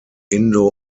indo